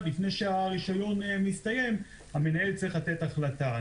לפני שהרישיון מסתיים המנהל צריך לתת החלטה.